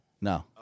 No